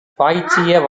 பாய்ச்சிய